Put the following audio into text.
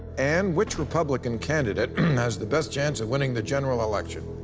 ann, which republican candidate has the best chance of winning the general election?